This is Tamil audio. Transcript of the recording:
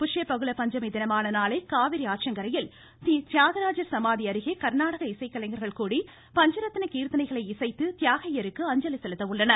புஷ்ய பகுள பஞ்சமி தினமான நாளை காவிரி ஆற்றங்கரையில் றீதியாகராஜர் சமாதி அருகே கர்நாடக இசைக்கலைஞர்கள் கூடி பஞ்சரத்ன கீர்த்தனைகளை இசைத்து தியாகய்யருக்கு அஞ்சலி செலுத்த உள்ளனர்